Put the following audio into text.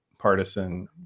partisan